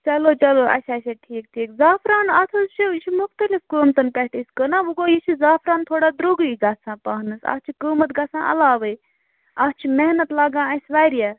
چلو چلو اَچھا اَچھا ٹھیک ٹھیٖک زعفران اَتھ حظ چھِ یہِ چھِ مُختلف قۭمتَن پٮ۪ٹھ أسۍ کٕنان وۅنۍ گوٚو یہِ چھِ زعفران تھوڑا درٛۅگٕے گَژھان پہنَس اَتھ چھِ قۭمتھ گژھان علاوَے اَتھ چھِ محنت لگان اَسہِ واریاہ